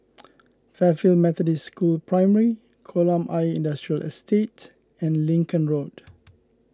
Fairfield Methodist School Primary Kolam Ayer Industrial Estate and Lincoln Road